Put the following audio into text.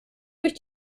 durch